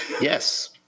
yes